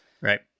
Right